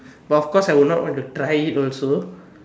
but of course I would not want to try it also